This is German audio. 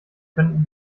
könnten